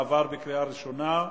2010,